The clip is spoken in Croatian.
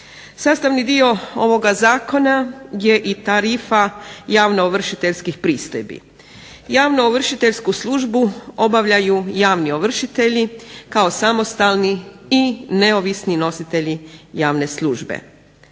Sastavni dio ovoga Zakona je i tarifa javnoovršiteljskih pristojbi. Javnoovršiteljsku službu obavljaju javni ovršitelji kao samostalni i neovisni nositelji javne službe.